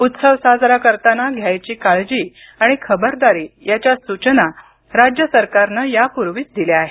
उत्सव साजरा करताना घ्यावयाची काळजी आणि खबरदारी याच्या सूचना राज्य सरकारनं यापूर्वीच दिल्या आहेत